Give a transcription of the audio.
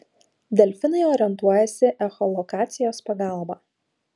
delfinai orientuojasi echolokacijos pagalba